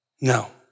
No